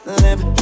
live